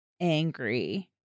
angry